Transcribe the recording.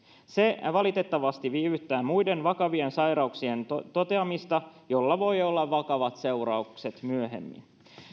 se valitettavasti viivyttää muiden vakavien sairauksien toteamista millä voi olla vakavat seuraukset myöhemmin